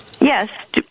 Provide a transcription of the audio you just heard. Yes